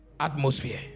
Atmosphere